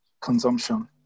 consumption